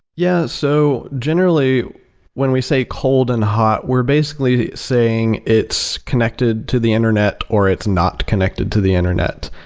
yeah. so generally when we say cold and hot, we're basically saying it's connected to the internet or it's not connected to the internet.